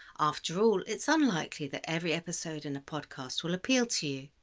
after all, it's unlikely that every episode in a podcast will appeal to you.